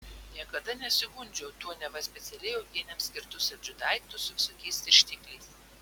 niekada nesigundžiau tuo neva specialiai uogienėms skirtu saldžiu daiktu su visokiais tirštikliais